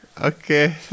okay